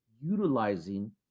utilizing